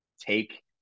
take